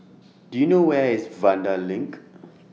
Do YOU know Where IS Vanda LINK